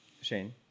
Shane